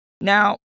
Now